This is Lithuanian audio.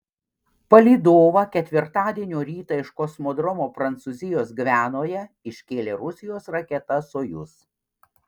palydovą ketvirtadienio rytą iš kosmodromo prancūzijos gvianoje iškėlė rusijos raketa sojuz